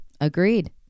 Agreed